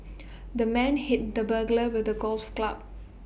the man hit the burglar with A golf's club